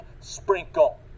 sprinkle